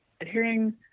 Adhering